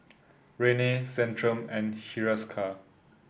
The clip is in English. Rene Centrum and Hiruscar